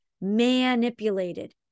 Manipulated